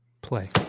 play